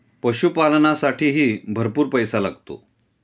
पशुपालनालासाठीही भरपूर पैसा लागतो